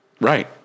Right